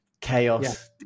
chaos